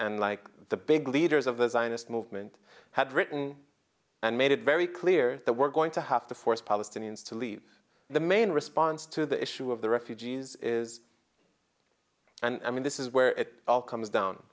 and like the big leaders of the zionist movement had written and made it very clear that we're going to have to force palestinians to leave the main response to the issue of the refugees is and i mean this is where it all comes down